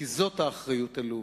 כי זאת האחריות הלאומית.